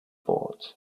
bought